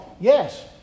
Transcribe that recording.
yes